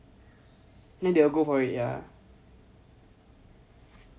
then they will go for it yeah